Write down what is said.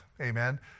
Amen